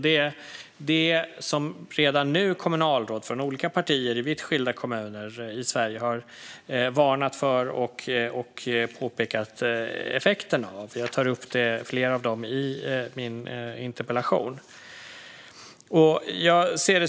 Detta är något som redan nu kommunalråd från olika partier i vitt skilda kommuner i Sverige har varnat för och påpekat effekten av - jag tar upp flera av dem i min interpellation.